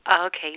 Okay